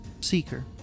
Seeker